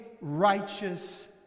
righteous